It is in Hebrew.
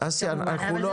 האם היה